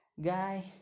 guy